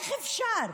איך אפשר?